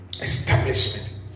establishment